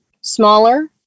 smaller